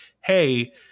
hey